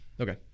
okay